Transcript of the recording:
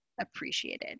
appreciated